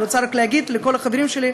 אני רוצה רק להגיד לכל החברים שלי,